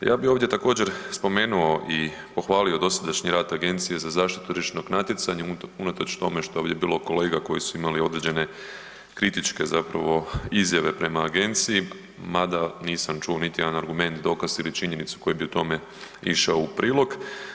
Ja bi ovdje također spomenuo i pohvalio dosadašnji rad Agencije za zaštitu tržišnog natjecanja unatoč tome što je ovdje bilo kolega koji su imali određene kritičke izjave prema agenciji, mada nisam čuo niti jedan argument, dokaz ili činjenicu koji bi tome išao u prilog.